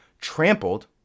trampled